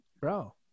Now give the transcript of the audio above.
bro